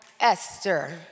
Esther